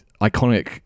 iconic